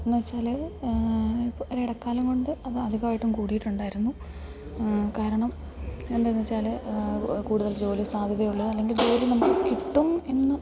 എന്ന് വെച്ചാൽ ഇപ്പം ഒരു ഇടക്കാലം കൊണ്ട് അത് അധികമായിട്ടും കൂടിയിട്ട് ഉണ്ടായിരുന്നു കാരണം എന്താന്ന് വച്ചാൽ കൂടുതൽ ജോലി സാധ്യതയുള്ളത് അല്ലെങ്കിൽ ജോലി നമുക്ക് കിട്ടും എന്ന്